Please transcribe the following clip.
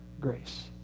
grace